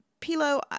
Pilo